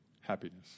happiness